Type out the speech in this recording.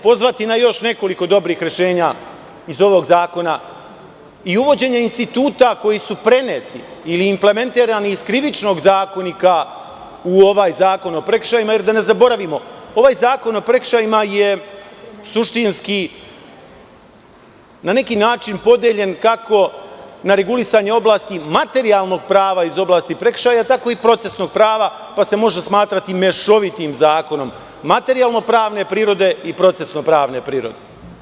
Pozvaću se na još nekoliko dobrih rešenja i ovog zakona i uvođenje instituta koji su preneti ili implementirani iz krivičnog zakonika u ovaj zakon o prekršajima, jer, da ne zaboravimo, ovaj zakon o prekršajima je suštinski podeljen kako na regulisanje oblasti materijalnog prava iz oblasti prekršaja, tako i procesnog prava, pa se može smatrati mešovitim zakonom materijalno pravne prirode i procesno pravne prirode.